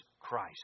Christ